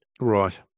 Right